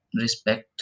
respect